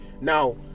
Now